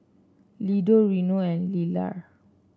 Lida Reno and Lelar